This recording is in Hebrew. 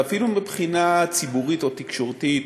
ואפילו מבחינה ציבורית או תקשורתית,